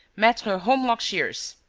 maitre holmlock shears!